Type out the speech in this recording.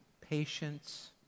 patience